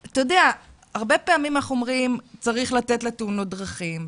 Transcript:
הרבה פעמים אנחנו אומרים: צריך לתת לתאונות דרכים.